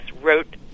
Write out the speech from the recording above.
wrote